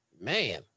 Man